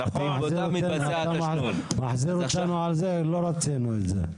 אם אתה מחזיר אותנו לזה, אז לא רצינו את זה.